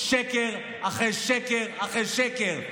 שקר אחרי שקר אחרי שקר.